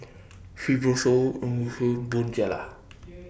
Fibrosol Bonjela